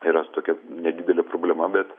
yra su tokia nedidele problema bet